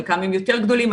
חלקם יותר גדולים,